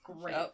Great